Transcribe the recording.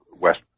West